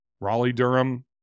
Raleigh-Durham